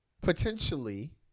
Potentially